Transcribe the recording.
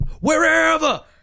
Wherever